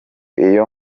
iyo